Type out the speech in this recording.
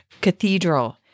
Cathedral